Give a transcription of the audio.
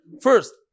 First